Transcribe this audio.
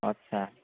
आत्सा